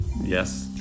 Yes